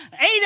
eight